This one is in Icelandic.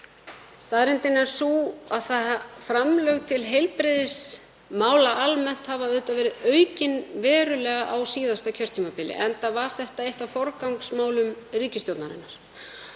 Staðreyndin er sú að framlög til heilbrigðismála almennt voru aukin verulega á síðasta kjörtímabili, enda var þetta eitt af forgangsmálum ríkisstjórnarinnar.